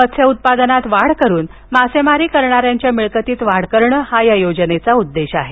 मत्स्य उत्पादनात वाढ करून मासेमारी करणाऱ्यांच्या मिळकतीत वाढ करणे हा या योजनेचा उद्देश आहे